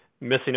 Missing